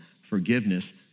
forgiveness